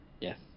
Yes